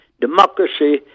democracy